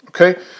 okay